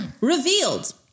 revealed